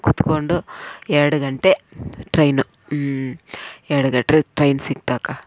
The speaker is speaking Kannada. ಕೂತ್ಕೊಂಡು ಎರ್ಡು ಗಂಟೆ ಟ್ರೈನು ಹ್ಞೂ ಎರ್ಡು ಗಂಟೆ ಟ್ರೈನ್ ಸಿಕ್ತಕ್ಕ